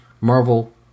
Marvel